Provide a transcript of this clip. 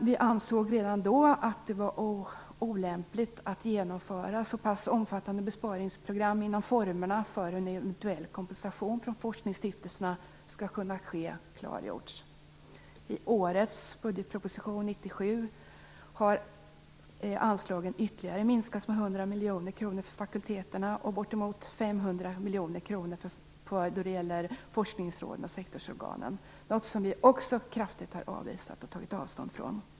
Vi ansåg redan då att det var olämpligt att genomföra så pass omfattande besparingsprogram innan formerna för hur en eventuell kompensation från forskningsstiftelserna skall kunna ske hade klargjorts. I årets budgetproposition för 1997 har anslagen minskats med ytterligare 100 miljoner kronor för fakulteterna och med bortemot 500 miljoner kronor för forskningsråden och sektorsorganen. Också detta har vi kraftigt avvisat och tagit avstånd från.